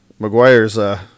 McGuire's